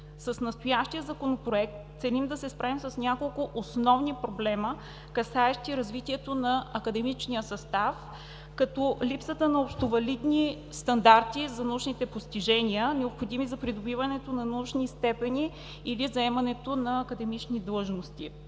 С настоящия Законопроект целим да се справим с няколко основни проблема, касаещи развитието на академичния състав, като: липсата на общовалидни стандарти за научните постижения, необходими за придобиването на научни степени или заемането на академични длъжности;